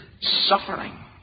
suffering